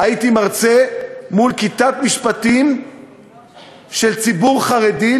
הייתי מרצה מול כיתת משפטים של ציבור חרדי,